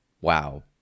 wow